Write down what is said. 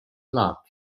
lat